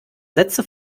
sätze